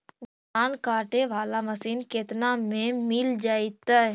धान काटे वाला मशीन केतना में मिल जैतै?